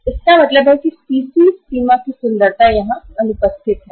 इसका मतलब है कि सीसी सीमा की विशेषता यहां अनुपस्थित है